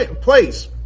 place